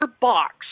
box